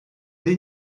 did